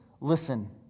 listen